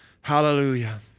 Hallelujah